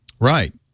Right